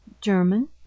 german